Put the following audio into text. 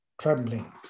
trembling